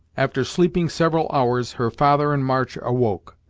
after sleeping several hours, her father and march awoke.